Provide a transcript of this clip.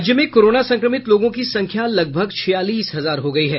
राज्य में कोरोना संक्रमित लोगों की संख्या लगभग छियालीस हजार हो गयी है